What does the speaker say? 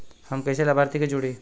हम कइसे लाभार्थी के जोड़ी?